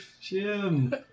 Jim